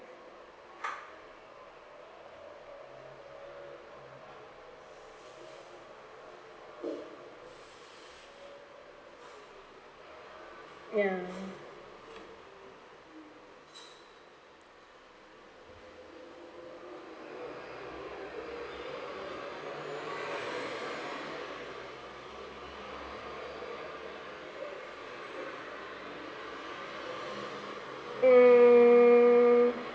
ya mm